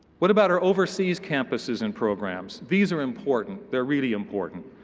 what about our overseas campuses and programs? these are important. they are really important.